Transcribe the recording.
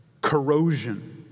corrosion